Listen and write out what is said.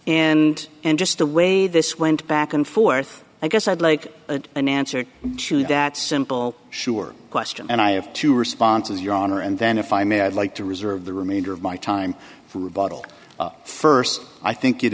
and and just the way this went back and forth i guess i'd like an answer to that simple sure question and i have two responses your honor and then if i may i'd like to reserve the remainder of my time from a bottle first i think it